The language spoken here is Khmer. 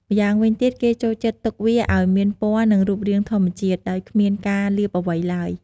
ម្យ៉ាងវិញទៀត គេចូលចិត្តទុកវាឲ្យមានពណ៌ និងរូបរាងធម្មជាតិ ដោយគ្មានការលាបអ្វីឡើយ។